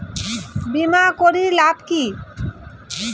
বিমা করির লাভ কি?